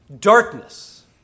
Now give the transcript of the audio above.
darkness